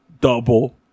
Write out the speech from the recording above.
double